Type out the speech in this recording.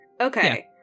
Okay